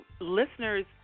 listeners